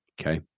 okay